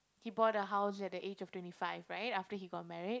he bought a house at the age of twenty five right after he got married